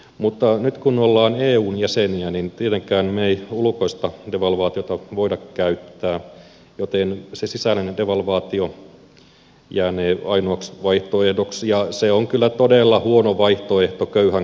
mutta nyt kun olemme eun jäseniä niin tietenkään me emme ulkoista devalvaatiota voi käyttää joten se sisäinen devalvaatio jäänee ainoaksi vaihtoehdoksi ja se on kyllä todella huono vaihtoehto köyhän kannalta